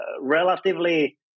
relatively